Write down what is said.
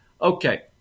Okay